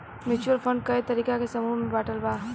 mutual fund कए तरीका के समूह में बाटल बा